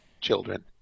children